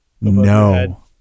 No